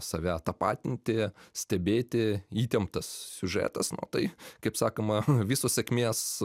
save tapatinti stebėti įtemptas siužetas nu tai kaip sakoma visos sėkmės